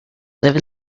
live